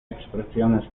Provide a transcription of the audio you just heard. expresiones